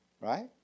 right